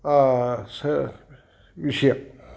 ಸ ವಿಷಯ